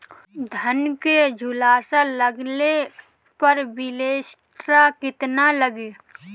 धान के झुलसा लगले पर विलेस्टरा कितना लागी?